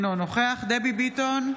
אינו נוכח דבי ביטון,